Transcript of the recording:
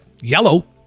Yellow